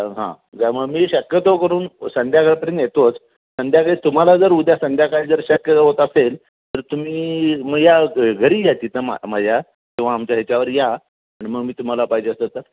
हां गा मग मी शक्यतो करून संध्याकाळपर्यंत येतोच संध्याकाळी तुम्हाला जर उद्या संध्याकाळी जर शक्य होत असेल तर तुम्ही मग या घ घरी या तिथं म माझ्या किंवा आमच्या याच्यावर या पण मग मी तुम्हाला पाहिजे असेल तर